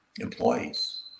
employees